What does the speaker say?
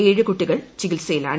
ഏഴു കുട്ടികൾ ചികിത്സയിലാണ്